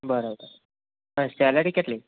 બરાબર અને સેલરી કેટલી